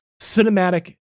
cinematic